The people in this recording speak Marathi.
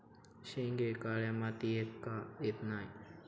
शेंगे काळ्या मातीयेत का येत नाय?